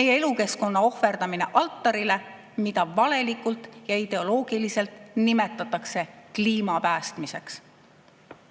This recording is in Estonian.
meie elukeskkonna ohverdamine altaril. Seda nimetatakse valelikult ja ideoloogiliselt kliima päästmiseks.